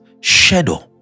shadow